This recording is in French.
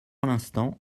l’instant